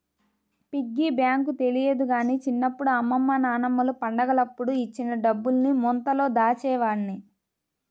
piggy bank తెలియదు గానీ చిన్నప్పుడు అమ్మమ్మ నాన్నమ్మలు పండగలప్పుడు ఇచ్చిన డబ్బుల్ని ముంతలో దాచేవాడ్ని